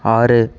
ஆறு